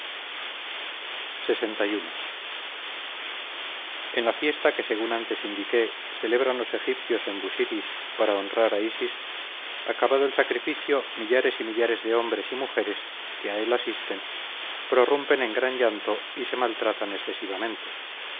bubastis lxi en la fiesta que según antes indiqué celebran los egipcios en busiris para honrar a isis acabado el sacrificio millares y millares de hombres y mujeres que a él asisten prorrumpen en gran llanto y se maltratan excesivamente